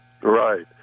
Right